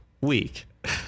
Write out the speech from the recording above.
week